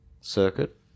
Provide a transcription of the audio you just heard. circuit